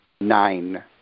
nine